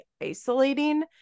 isolating